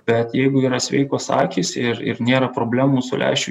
bet jeigu yra sveikos akys ir ir nėra problemų su lęšių